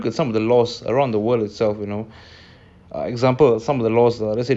at some of the laws around the world itself you know uh example some of the laws ah let's say